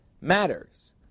matters